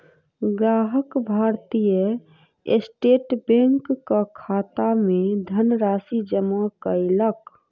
ग्राहक भारतीय स्टेट बैंकक खाता मे धनराशि जमा कयलक